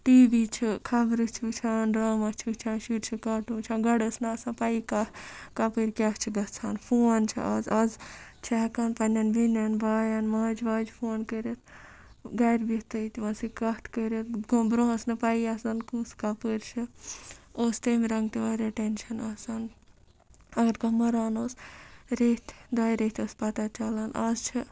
T V چھُ خبرٕ چھِ وٕچھان ڈرٛاما چھِ وٕچھان شُرۍ چھِ کاٹوٗن وٕچھان گۄدٕ ٲس نہٕ آسان پَیی کَپٲرۍ کیٛاہ چھِ گژھان فون چھِ آز آز چھِ ہٮ۪کان پنٛنٮ۪ن بیٚنٮ۪ن بایَن ماجہِ واجہِ فون کٔرِتھ گَرِ بِہتٕے تِمَن سۭتۍ کَتھ کٔرِتھ بروںٛہہ ٲس نہٕ پَیی آسان کُس کَپٲرۍ چھُ اوس تمہِ رنٛگہٕ تہِ واریاہ ٹٮ۪نشَن آسان اگر کانٛہہ مَران اوس ریٚتھۍ دۄیہِ ریٚتھۍ ٲس پَتہ چلان آز چھِ